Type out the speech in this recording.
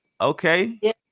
okay